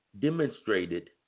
Demonstrated